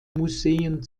museen